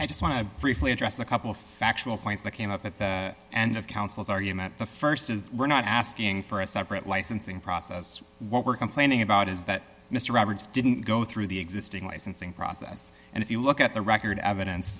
i just want to briefly address a couple of factual points that came up at the end of counsel's argument the st is we're not asking for a separate licensing process what we're complaining about is that mr roberts didn't go through the existing licensing process and if you look at the record evidence